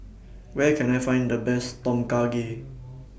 Where Can I Find The Best Tom Kha Gai